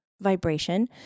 vibration